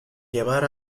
llevar